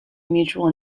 mutual